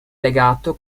legato